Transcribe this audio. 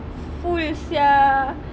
full sia